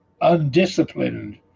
undisciplined